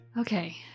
Okay